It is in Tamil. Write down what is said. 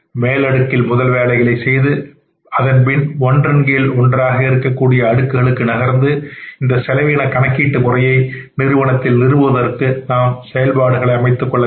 மேலடுக்கில் முதல் வேலைகளை செய்து அதன் பின் ஒன்றின் கீழ் ஒன்றாக இருக்கக்கூடிய அடுக்குகளுக்கு நகர்ந்து இந்த செலவின கணக்கீட்டு முறையை நிறுவனத்தில் நிறுவுவதற்கு நாம் செயல்பாடுகளை அமைத்துக் கொள்ள வேண்டும்